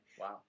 Wow